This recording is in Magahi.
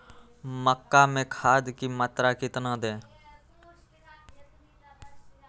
मक्का में खाद की मात्रा कितना दे?